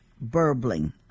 burbling